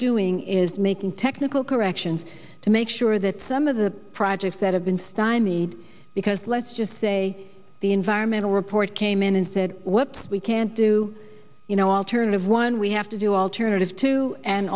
doing is making technical corrections to make sure that some of the projects that have been stymied because let's just say the environmental report came in and said what we can't do you know alternative one we have to do alternative to an